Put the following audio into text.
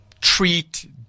Treat